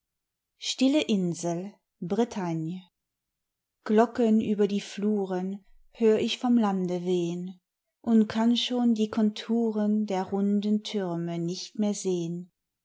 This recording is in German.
türmen rast glocken über die fluren hör ich vom lande wehn und kann schon die konturen der runden türme nicht mehr sehn